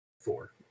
four